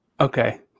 okay